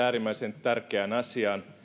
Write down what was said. äärimmäisen tärkeään asiaan